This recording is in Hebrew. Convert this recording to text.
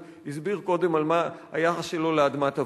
הוא הסביר קודם על היחס שלו לאדמת אבותיו,